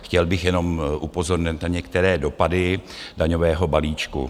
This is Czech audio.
Chtěl bych jenom upozornit na některé dopady daňového balíčku.